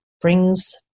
brings